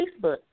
Facebook